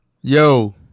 Yo